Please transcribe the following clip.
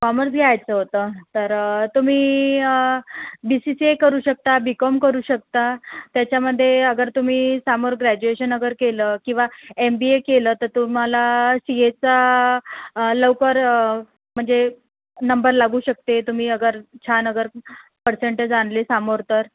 commerce घ्यायचं होतं तर तुम्ही बी सी सी ए करू शकता बी कॉम करू शकता त्याच्यामध्ये अगर तुम्ही समोर ग्रॅज्युएशन अगर केलं किंवा एम बी ए केलं तर तुम्हाला सी एचा लवकर म्हणजे नंबर लागू शकते तुम्ही अगर छान अगर पर्सेंटेज आणले समोर तर